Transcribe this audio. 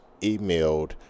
emailed